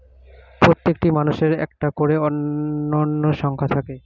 প্রত্যেকটি মানুষের একটা করে অনন্য সংখ্যা থাকে